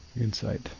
insight